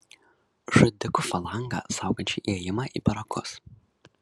žudikų falangą saugančią įėjimą į barakus